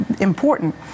important